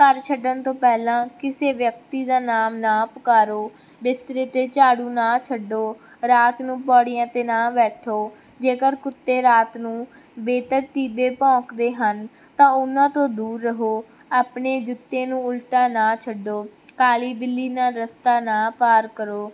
ਘਰ ਛੱਡਣ ਤੋਂ ਪਹਿਲਾਂ ਕਿਸੇ ਵਿਅਕਤੀ ਦਾ ਨਾਮ ਨਾ ਪੁਕਾਰੋ ਬਿਸਤਰੇ 'ਤੇ ਝਾੜੂ ਨਾ ਛੱਡੋ ਰਾਤ ਨੂੰ ਪੌੜੀਆਂ 'ਤੇ ਨਾ ਬੈਠੋ ਜੇਕਰ ਕੁੱਤੇ ਰਾਤ ਨੂੰ ਬੇਤਰਤੀਬੇ ਭੌਂਕਦੇ ਹਨ ਤਾਂ ਉਹਨਾਂ ਤੋਂ ਦੂਰ ਰਹੋ ਆਪਣੇ ਜੁੱਤੇ ਨੂੰ ਉਲਟਾ ਨਾ ਛੱਡੋ ਕਾਲੀ ਬਿੱਲੀ ਨਾਲ ਰਸਤਾ ਨਾ ਪਾਰ ਕਰੋ